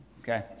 okay